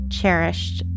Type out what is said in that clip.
cherished